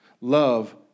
Love